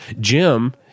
jim